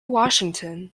washington